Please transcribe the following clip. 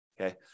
Okay